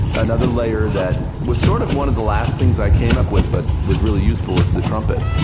another layer that was sort of one of the last things i came up with but was really useful was the trumpet.